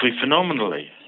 phenomenally